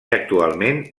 actualment